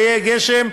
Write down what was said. שיהיה גשם,